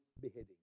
beheading